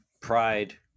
pride